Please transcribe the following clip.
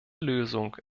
lösung